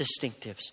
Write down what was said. distinctives